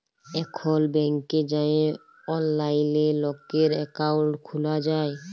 এখল ব্যাংকে যাঁয়ে অললাইলে লকের একাউল্ট খ্যুলা যায়